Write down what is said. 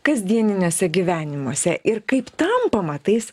kasdieniniuose gyvenimuose ir kaip tampama tais